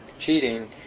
cheating